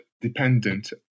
dependent